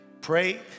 Pray